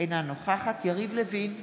אינה נוכחת יריב לוין,